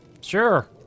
Sure